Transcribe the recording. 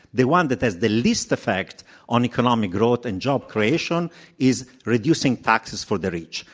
the one that has the least effect on economic growth and job creation is reducing taxes for the rich.